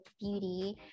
beauty